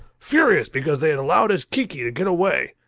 furious because they had allowed his kiki to get away.